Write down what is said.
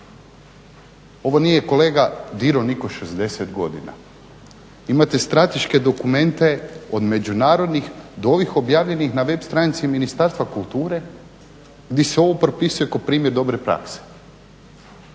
Ovo nije kolega dirao nitko 60 godina. Imate strateške dokumente od međunarodnih do ovih objavljenih na web stranici Ministarstva kulture gdje se ovo prepisuje kao primjer dobre prakse.